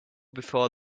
before